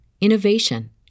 innovation